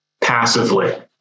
passively